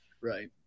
Right